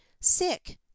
sick